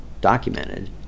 documented